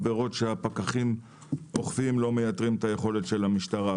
העבירות שהפקחים אוכפים לא מייתרים את היכולת של המשטרה.